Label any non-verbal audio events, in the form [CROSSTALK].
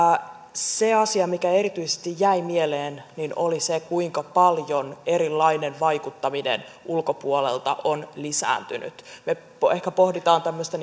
se asia mikä erityisesti jäi mieleen oli se kuinka paljon erilainen vaikuttaminen ulkopuolelta on lisääntynyt me ehkä pohdimme tämmöistä [UNINTELLIGIBLE]